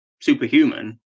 superhuman